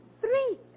Three